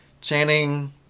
Channing